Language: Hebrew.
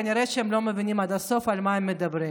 כנראה שהם לא מבינים עד הסוף על מה הם מדברים.